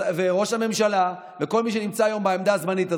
ראש הממשלה וכל מי שנמצא היום בעמדה הזמנית הזאת,